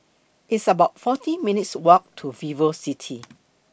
It's about forty minutes' Walk to Vivocity